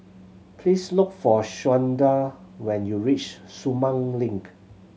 please look for Shawnda when you reach Sumang Link